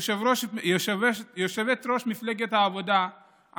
יושבת-ראש מפלגת העבודה,